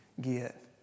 get